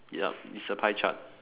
yup it's a pie chart